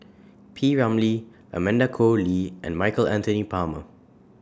P Ramlee Amanda Koe Lee and Michael Anthony Palmer